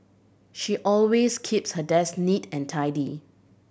she always keeps her desk neat and tidy